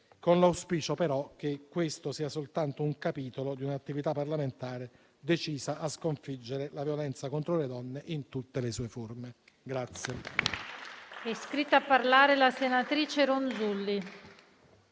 con l'auspicio però che questo sia soltanto un capitolo di un'attività parlamentare decisa a sconfiggere la violenza contro le donne in tutte le sue forme.